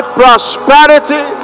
prosperity